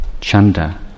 chanda